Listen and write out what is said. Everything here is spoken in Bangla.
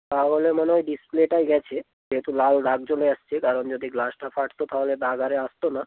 তাহলে মানে ওই ডিসপ্লেটাই গেছে যেহেতু লাল দাগ চলে আসছে কারণ যদি গ্লাসটা ফাটতো তাহলে দাগ আরে আসতো না